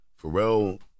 Pharrell